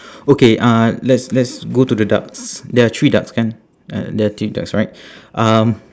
okay uh let's let's go to the ducks there are three ducks kan uh there are three ducks right um